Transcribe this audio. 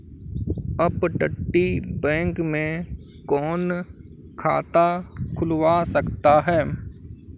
अपतटीय बैंक में कौन खाता खुलवा सकता है?